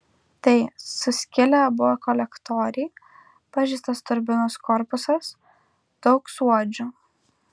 tai suskilę abu kolektoriai pažeistas turbinos korpusas daug suodžių